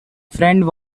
friend